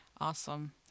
Awesome